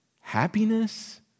happiness